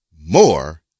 More